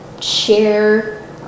share